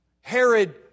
Herod